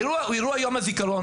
האירוע הוא אירוע יום הזיכרון.